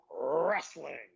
Wrestling